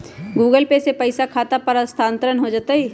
Google Pay से पईसा खाता पर स्थानानंतर हो जतई?